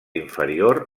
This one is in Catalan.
inferior